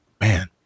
Man